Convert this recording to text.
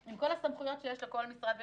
עם כל הסמכויות שיש לכל משרד ומשרד.